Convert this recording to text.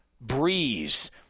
Breeze